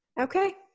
Okay